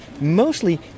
mostly